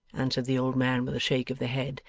answered the old man with a shake of the head,